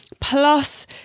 Plus